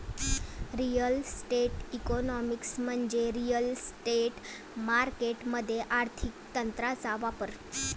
real estate economics म्हणजे real estate markets मध्ये आर्थिक तंत्रांचा वापर